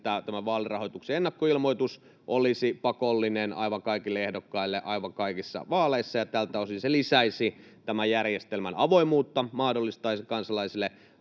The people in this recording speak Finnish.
että tämä vaalirahoituksen ennakkoilmoitus olisi pakollinen aivan kaikille ehdokkaille aivan kaikissa vaaleissa. Tältä osin se lisäisi tämän järjestelmän avoimuutta, mahdollistaisi kansalaisille